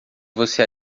você